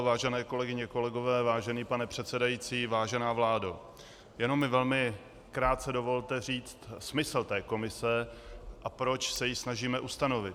Vážené kolegyně, kolegové, vážený pane předsedající, vážená vládo, jenom mi velmi krátce dovolte říct smysl té komise, a proč se ji snažíme ustanovit.